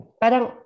parang